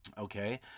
okay